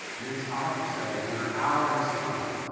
i mean it's odd to say, when her hour has come,